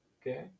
Okay